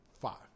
Five